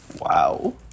Wow